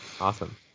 Awesome